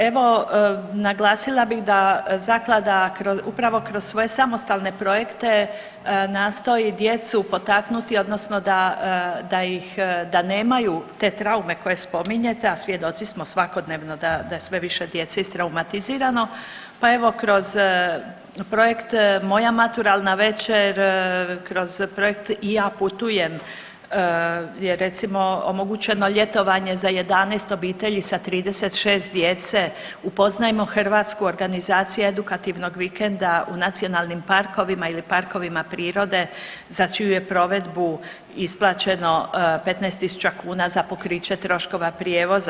Evo, naglasila bih da Zaklada upravo kroz svoje samostalne projekte nastoji djecu potaknuti, odnosno da ih, da nemaju te traume koje spominjete, a svjedoci smo svakodnevno da je sve više djece istraumatizirano, pa evo kroz projekt Moja maturalna večer, kroz projekt I ja putujem je recimo omogućeno ljetovanje za 11 obitelji sa 36 djece, Upoznajmo Hrvatsku organizacija edukativnog vikenda u nacionalnim parkovima ili parkovima prirode za čiju je provedbu isplaćeno 15.000 kuna za pokriće troškova prijevoza.